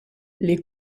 les